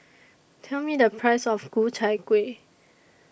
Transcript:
Tell Me The Price of Ku Chai Kueh